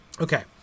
Okay